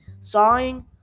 sawing